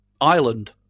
Ireland